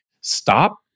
stop